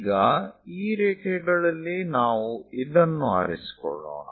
ಈಗ ಈ ರೇಖೆಗಳಲ್ಲಿ ನಾವು ಇದನ್ನು ಆರಿಸಿಕೊಳ್ಳೋಣ